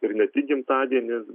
ir ne tik gimtadienis